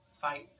fight